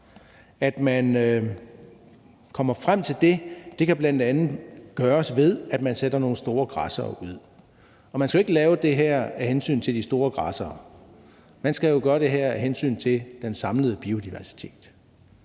At man kommer frem til det, kan bl.a. gøres, ved at man sætter nogle store græssere ud. Og man skal ikke gøre det her af hensyn til de store græssere, man skal jo gøre det af hensyn til den samlede biodiversitet.